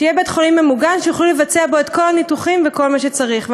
שיהיה בית-חולים ממוגן שיוכלו לבצע בו את כל הניתוחים וכל מה שצריך.